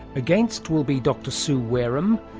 against will be dr sue wareham,